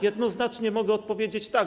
Jednoznacznie mogę odpowiedzieć: tak.